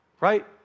right